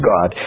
God